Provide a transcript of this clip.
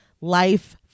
Life